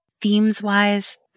themes-wise